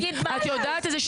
את יודעת את זה,